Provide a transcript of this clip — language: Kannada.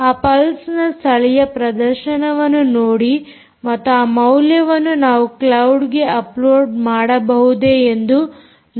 ಆ ಪಲ್ಸ್ನ ಸ್ಥಳೀಯ ಪ್ರದರ್ಶನವನ್ನು ನೋಡಿ ಮತ್ತು ಆ ಮೌಲ್ಯವನ್ನು ನಾವು ಕ್ಲೌಡ್ ಗೆ ಅಪ್ಲೋಡ್ ಮಾಡಬಹುದೇ ಎಂದು ನೋಡಬೇಕು